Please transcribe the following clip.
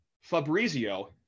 Fabrizio